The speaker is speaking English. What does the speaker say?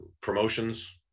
promotions